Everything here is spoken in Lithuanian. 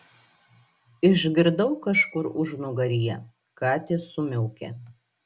išgirdau kažkur užnugaryje katės sumiaukė